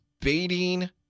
baiting